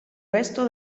resto